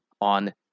on